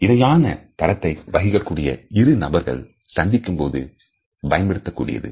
இணையான தரத்தை வகிக்கக்கூடிய இரு நபர்கள் சந்திக்கும்போது பயன்படுத்தக்கூடியது